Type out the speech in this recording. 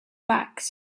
backs